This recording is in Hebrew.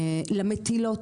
למטילות.